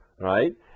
right